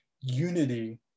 unity